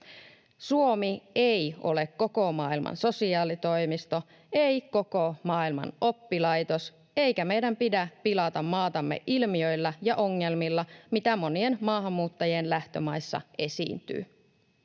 Suomi ei ole koko maailman sosiaalitoimisto, ei koko maailman oppilaitos, eikä meidän pidä pilata maatamme ilmiöillä ja ongelmilla, mitä monien maahanmuuttajien lähtömaissa esiintyy.